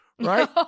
Right